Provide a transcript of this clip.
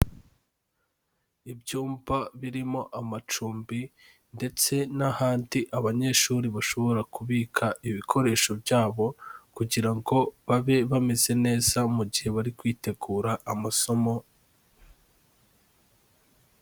Ibyumba birimo amacumbi ndetse n'ahandi abanyeshuri bashobora kubika ibikoresho byabo kugira ngo babe bameze neza mu gihe bari kwitegura amasomo.